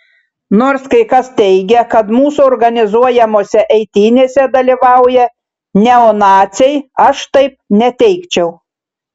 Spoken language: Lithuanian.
nors kai kas teigia kad mūsų organizuojamose eitynėse dalyvauja neonaciai aš taip neteigčiau